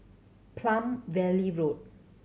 Palm Valley Road